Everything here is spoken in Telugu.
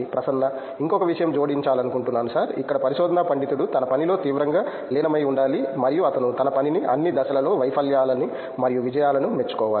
ప్రసన్న ఇంకొక విషయం జోడించాలనుకుంటున్నాను సార్ ఇక్కడ పరిశోధనా పండితుడు తన పనిలో తీవ్రంగా లీనమైవుండాలి మరియు అతను తన పనిని అన్ని దశలలో వైఫల్యాలని మరియు విజయాలని మెచ్చుకోవాలి